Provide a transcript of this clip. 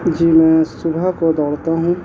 جی میں صبح کو دوڑتا ہوں